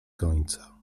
końca